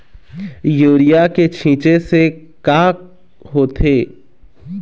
Urea के छींचे से का होथे?